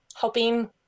helping